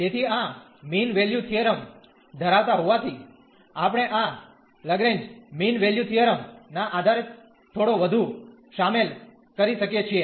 તેથી આ mean value theorem ધરાવતાં હોવાથી આપણે આ લગ્રેંજ મીન વેલ્યુ થીયરમ ના આધારે થોડો વધુ શામેલ કરી શકીએ છીએ